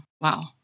Wow